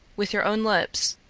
with your own lips,